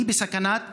היא בסכנת חיים.